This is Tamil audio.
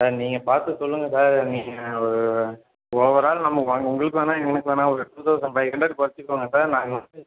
சார் நீங்கள் பார்த்து சொல்லுங்கள் சார் நீங்கள் ஒரு ஓவரால் நமக்கு வாங்க உங்களுக்கும் வேணாம் எங்களுக்கும் வேணாம் ஒரு டூ தெளசண்ட் ஃபைவ் ஹண்ரட் குறைச்சிக்கோங்க சார் நாங்கள் வந்து